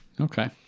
Okay